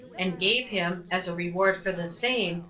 and gave him, as a reward for the same,